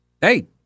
Hey